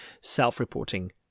self-reporting